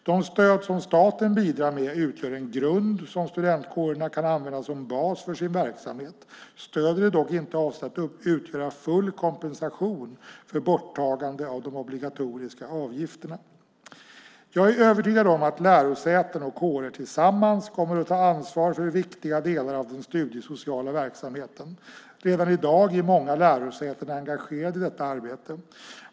Det stöd som staten bidrar med utgör en grund, som studentkårerna kan använda som bas för sin verksamhet. Stödet är dock inte avsett att utgöra full kompensation för borttagandet av de obligatoriska avgifterna. Jag är övertygad om att lärosäten och kårer tillsammans kommer att ta ansvar för viktiga delar av den studiesociala verksamheten. Redan i dag är många lärosäten engagerade i detta arbete.